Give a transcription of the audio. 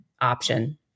option